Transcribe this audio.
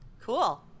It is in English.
Cool